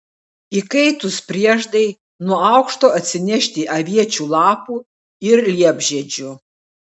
įkaitus prieždai nuo aukšto atsinešti aviečių lapų ir liepžiedžių